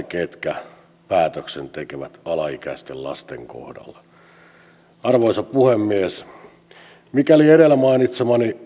ketkä päätöksen tekevät alaikäisten lasten kohdalla arvoisa puhemies mikäli edellä mainitsemani